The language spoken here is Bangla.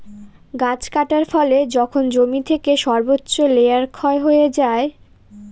গাছ কাটার ফলে যখন জমি থেকে সর্বোচ্চ লেয়ার ক্ষয় হয়ে যায়